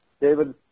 David